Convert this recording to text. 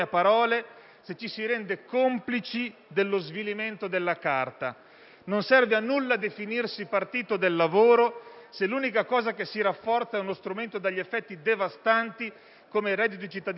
se ci si rende complici dello svilimento della Carta. Non serve a nulla definirsi il partito del lavoro, se l'unica cosa che si rafforza è uno strumento dagli effetti devastanti come il reddito di cittadinanza.